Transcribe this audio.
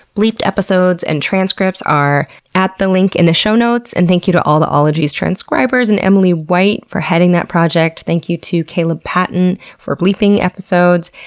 bleeped episodes and transcripts are at the link in the show notes, and thank you to all the ologies transcribers and emily white for heading that project. thank you to caleb patton for bleeping episodes.